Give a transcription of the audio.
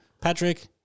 Patrick